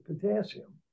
potassium